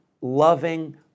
loving